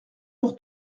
pour